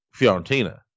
Fiorentina